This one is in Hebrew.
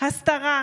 הסתרה,